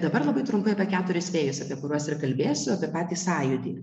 dabar labai trumpai apie keturis vėjus apie kuriuos ir kalbėsiu apie patį sąjūdį